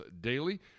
Daily